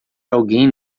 alguém